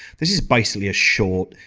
this is basically a short,